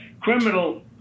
criminal